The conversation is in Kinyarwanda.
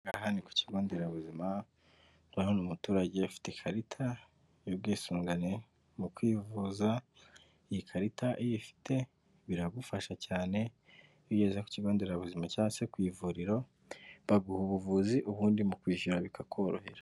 Aha ni ku kigo nderabuzima, urahabona umuturage ufite ikarita y'ubwisungane mu kwivuza, iyi karita iyo uyifite biragufasha cyane, iyo ugeze ku kigo nderabuzima cyangwa se ku ivuriro, baguha ubuvuzi ubundi mu kwishyura bikakorohera.